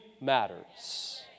matters